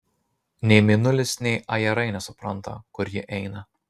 nei mėnulis nei ajerai nesupranta kur ji eina